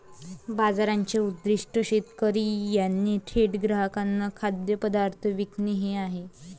बाजाराचे उद्दीष्ट शेतकरी यांनी थेट ग्राहकांना खाद्यपदार्थ विकणे हे आहे